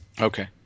Okay